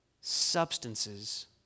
substances